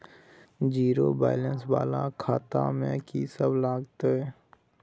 Zero balance वाला खाता में की सब लगतै?